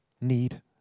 need